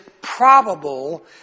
probable